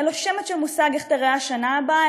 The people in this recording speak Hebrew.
אין לו שמץ של מושג איך תיראה השנה הבאה,